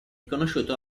conosciuto